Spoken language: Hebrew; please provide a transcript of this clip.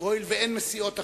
והואיל ואין מסיעות אחרות,